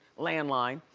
landline,